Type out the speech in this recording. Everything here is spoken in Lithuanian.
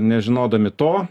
nežinodami to